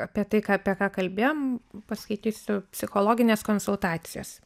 apie tai ką apie ką kalbėjom paskaitysiu psichologinės konsultacijos